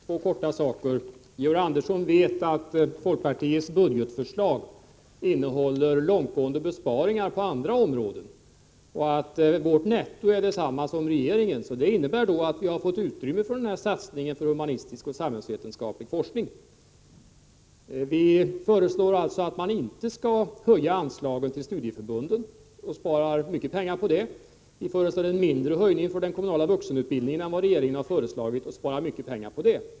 Herr talman! Ett par kortfattade kommentarer: Georg Andersson vet att folkpartiets budgetförslag innehåller långtgående besparingar på andra områden och att vårt netto är detsamma som regeringens. Det innebär att vi har fått utrymme för satsningen på den humanistiska och samhällsvetenskapliga forskningen. Vi föreslår att man inte skall höja anslaget till studieförbunden och spar mycket pengar på det. Vi föreslår en mindre höjning till den kommunala vuxenutbildningen än vad regeringen har föreslagit och spar mycket pengar på det.